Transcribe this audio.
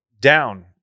Down